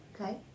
Okay